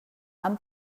han